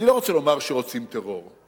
אני לא רוצה לומר שרוצים טרור,